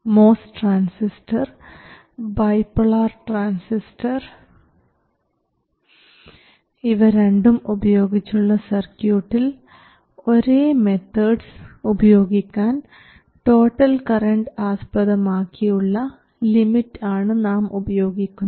MOS transistor bipolar transistor ഇവ രണ്ടും ഉപയോഗിച്ചുള്ള സർക്യൂട്ടിൽ ഒരേ മെത്തേഡ്സ് ഉപയോഗിക്കാൻ ടോട്ടൽ കറൻറ് ആസ്പദമാക്കിയുള്ള ലിമിറ്റ് ആണ് നാം ഉപയോഗിക്കുന്നത്